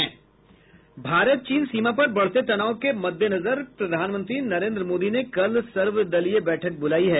भारत चीन सीमा पर बढ़ते तनाव के मद्देनजर प्रधानमंत्री नरेंद्र मोदी ने कल सर्वदलीय बैठक बुलाई है